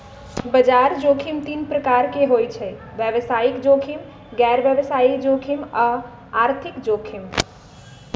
बजार जोखिम तीन प्रकार के होइ छइ व्यवसायिक जोखिम, गैर व्यवसाय जोखिम आऽ आर्थिक जोखिम